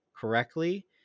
correctly